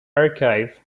archive